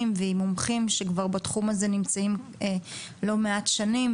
ועם מומחים שכבר בתחום הזה נמצאים לא מעט שנים,